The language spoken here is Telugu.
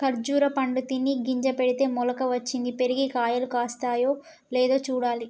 ఖర్జురా పండు తిని గింజ పెడితే మొలక వచ్చింది, పెరిగి కాయలు కాస్తాయో లేదో చూడాలి